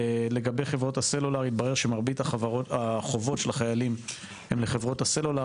לגבי חברות הסלולר - התברר שמרבית החובות של החיילים הן לחברות הסלולר,